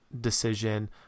decision